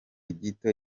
gito